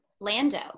Lando